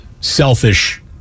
selfish